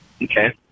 Okay